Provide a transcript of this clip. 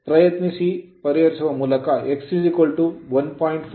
ಪ್ರಯತ್ನಿಸಿ ಪರಿಹರಿಸುವ ಮೂಲಕ ನಾವು x 1